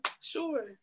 sure